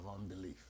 unbelief